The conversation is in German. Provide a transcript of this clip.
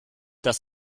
dass